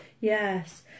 Yes